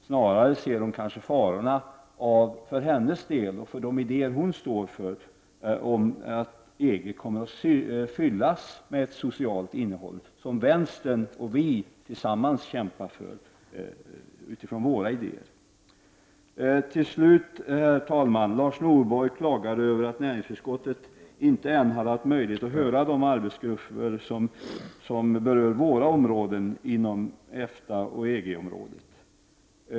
Snarare ser hon kanske mot bakgrund av de idéer som hon står för en fara för att EG kommer att fyllas med ett socialt innehåll, något som vi från vänstern utifrån våra idéer tillsammans kämpar för. Till slut, herr talman, klagade Lars Norberg över att näringsutskottet ännu inte har haft möjlighet att höra de arbetsgrupper som ägnar sig åt våra frågor inom EFTA och EG-området.